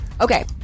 Okay